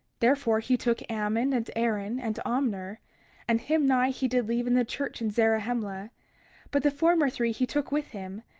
therefore he took ammon, and aaron, and omner and himni he did leave in the church in zarahemla but the former three he took with him,